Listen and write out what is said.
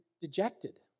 Dejected